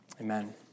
amen